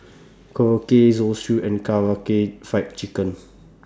Korokke Zosui and Karaage Fried Chicken